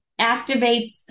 activates